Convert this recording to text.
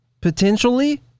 potentially